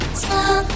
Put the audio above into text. stop